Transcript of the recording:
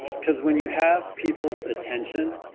because when you have people's attention